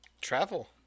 travel